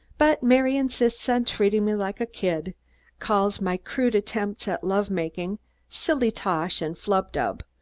but mary insists on treating me like a kid calls my crude attempts at love-making silly tosh and flub-dub,